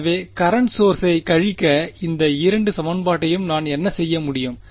எனவே கரண்ட் சோர்ஸைக் கழிக்க இந்த இரண்டு சமன்பாட்டையும் நான் என்ன செய்ய முடியும்